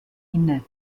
inne